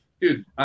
dude